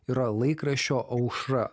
yra laikraščio aušra